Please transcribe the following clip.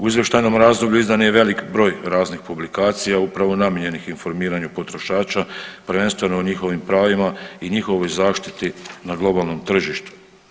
U izvještajnom razdoblju izdan je i velik broj raznih publikacija upravo namijenjenih informiranju potrošača, prvenstveno o njihovim pravima i njihovoj zaštiti na globalnom tržištu.